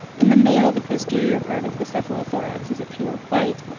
in the male the posterior part of the cephalo-thorax is pure white,